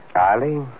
Ali